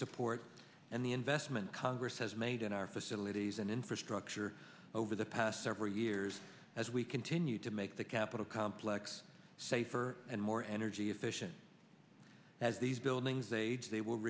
support and the investor congress has made in our facilities and infrastructure over the past several years as we continue to make the capitol complex safer and more energy efficient as these buildings age they w